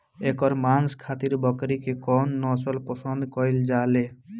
एकर मांस खातिर बकरी के कौन नस्ल पसंद कईल जाले?